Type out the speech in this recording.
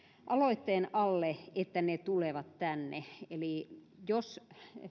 aloitteen alle tulevat tänne eli jos